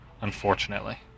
unfortunately